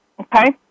okay